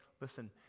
listen